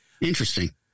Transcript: interesting